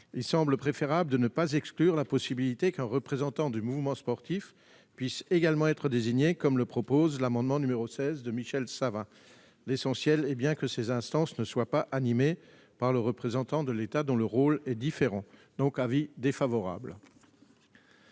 Il semble préférable de ne pas exclure la possibilité qu'un représentant du mouvement sportif puisse également être désigné, comme le prévoit l'amendement n° 16 rectifié. L'essentiel est que ces instances ne soient pas animées par des représentants de l'État, dont le rôle est différent. La commission